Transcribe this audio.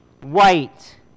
white